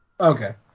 Okay